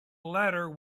letter